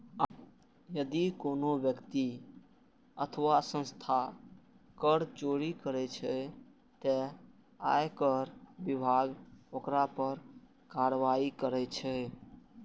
यदि कोनो व्यक्ति अथवा संस्था कर चोरी करै छै, ते आयकर विभाग ओकरा पर कार्रवाई करै छै